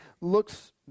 looks